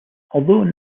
although